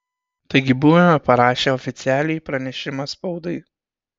taigi buvome parašę oficialiai pranešimą spaudai